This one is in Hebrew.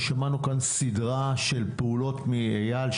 שמענו כאן סדרה של פעולות מאייל,